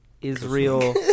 Israel